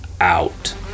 out